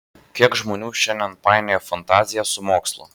kiek žmonių šiandien painioja fantaziją su mokslu